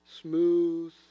smooth